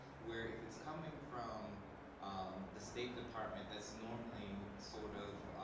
where if it's coming from the state department that's normally sort of,